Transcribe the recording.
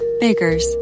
Baker's